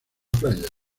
playa